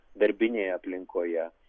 darbinėje aplinkoje